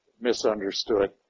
misunderstood